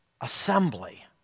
assembly